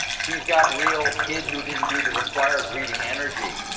he's got real kid who didn't do the required reading energy.